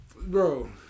Bro